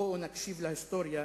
בואו נקשיב להיסטוריה